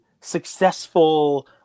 successful